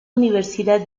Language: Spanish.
universidad